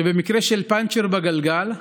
שבמקרה של פנצ'ר בגלגל,